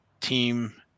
team